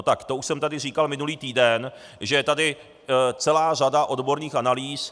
Tak to už jsem tady říkal minulý týden, že je tady celá řada odborných analýz.